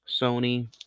Sony